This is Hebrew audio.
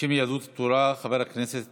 בשם יהדות התורה חבר הכנסת